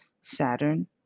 Saturn